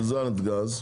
נתג"ז,